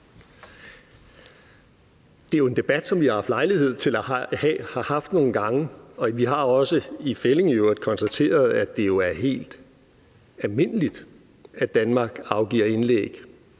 Det er jo en debat, som vi har haft lejlighed til at have nogle gange, og vi har også i fællig i øvrigt konstateret, at det er helt almindeligt, at Danmark afgiver indlæg